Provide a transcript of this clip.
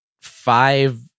five